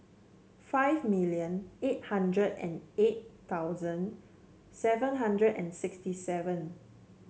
five million eight hundred and eight thousand seven hundred and sixty seven